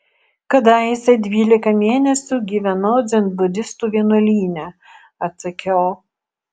kadaise dvylika mėnesių gyvenau dzenbudistų vienuolyne atsakiau